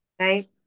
right